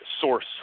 Source